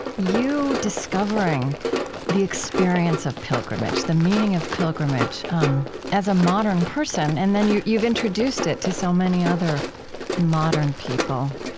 you discovering the experience of pilgrimage, the meaning of pilgrimage um as a modern person. and then you've introduced it to so many other modern people.